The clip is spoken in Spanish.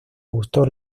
gustó